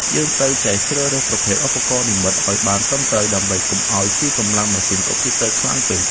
យើងត្រូវចេះជ្រើសរើសប្រភេទឧបករណ៍និម្មិតឱ្យបានត្រឹមត្រូវដើម្បីកុំឱ្យស៊ីកម្លាំងម៉ាស៊ីនកុំព្យូទ័រខ្លាំងពេក។